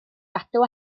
gadw